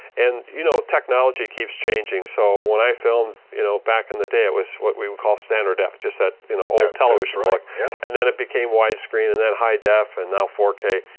and you know technology keeps changing. so when i filmed you know back in the day it was what we would call standard def, just that you know old television work yeah and then it became widescreen and then high def and now four k.